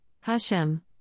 HaShem